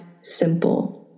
simple